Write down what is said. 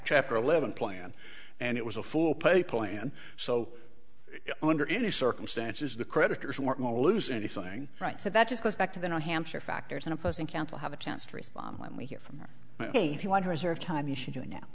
chapter eleven plan and it was a full pay plan so under any circumstances the creditors were going to lose anything right so that just goes back to the new hampshire factors and opposing counsel have a chance to respond when we hear from them if you want to reserve time you should do it now